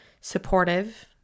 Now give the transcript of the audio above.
supportive